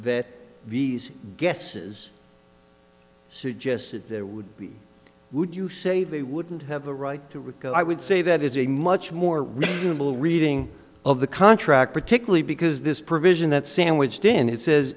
that these guesses suggested there would be would you say they wouldn't have the right to go i would say that is a much more reasonable reading of the contract particularly because this provision that sandwich janet says